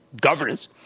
governance